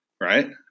Right